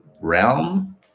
realm